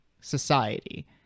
society